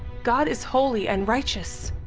god is holy and righteous.